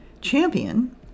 Champion